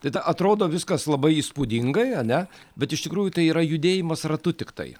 tada atrodo viskas labai įspūdingai ane bet iš tikrųjų tai yra judėjimas ratu tiktai